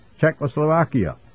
Czechoslovakia